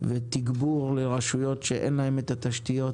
ותגבור לרשויות שאין להן תשתיות